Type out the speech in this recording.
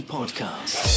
Podcast